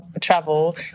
Travel